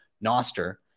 Noster